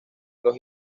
los